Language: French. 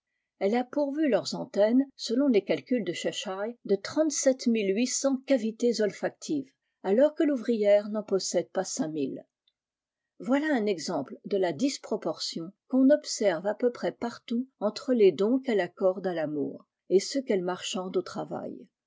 elle a pourvu leurs antennes selon les calculs de gheshirô de trente-sept mille huit cents cavités olfactives alors que l'ouvrière û'en possède pas cinq mille voilà un exemple de la disproportion qu'on observe à peu près partout entre les dons qu'elle accorde à l'amour et ceux qu'elle marchande au travail